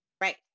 Right